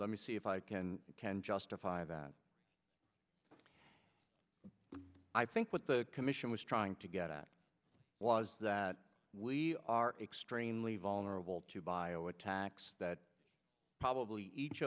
let me see if i can can justify that i think what the commission was trying to get at was that we are extremely vulnerable to bio attacks that probably each